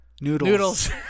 Noodles